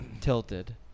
tilted